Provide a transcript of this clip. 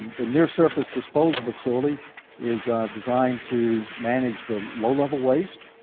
the near surface disposal facility is designed to manage the low level waste,